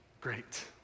great